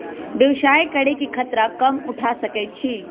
व्यवसाय करे के खतरा कम लोग उठा सकै छै